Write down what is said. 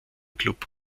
klub